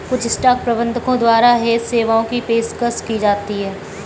कुछ स्टॉक प्रबंधकों द्वारा हेज सेवाओं की पेशकश की जाती हैं